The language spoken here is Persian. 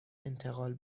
انتقال